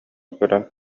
көрөн